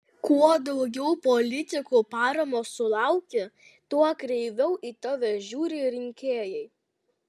kuo daugiau politikų paramos sulauki tuo kreiviau į tave žiūri rinkėjai